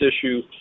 issue